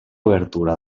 obertura